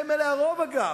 והם רוב אלה